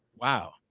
wow